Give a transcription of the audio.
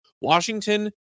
washington